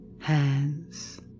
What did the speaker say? hands